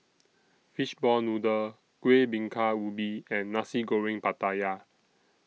Fishball Noodle Kuih Bingka Ubi and Nasi Goreng Pattaya